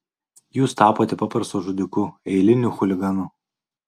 jūs tapote paprastu žudiku eiliniu chuliganu